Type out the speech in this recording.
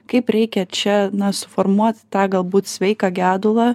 kaip reikia čia na suformuoti tą galbūt sveiką gedulą